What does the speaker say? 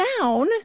down